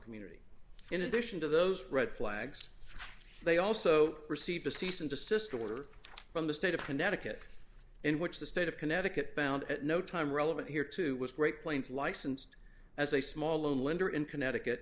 community in addition to those red flags they also received a cease and desist order from the state of connecticut in which the state of connecticut found at no time relevant here to was great plains licensed as a small loan lender in connecticut